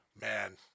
man